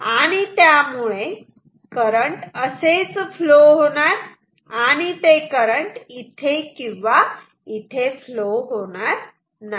आणि त्यामुळे करंट असेच फ्लो होणार आणि ते करंट इथे किंवा इथे फ्लो होणार नाही